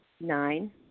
Nine